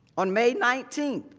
on may nineteen,